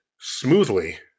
smoothly